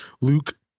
Luke